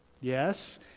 Yes